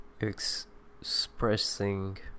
expressing